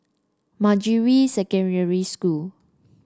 Manjusri Secondary School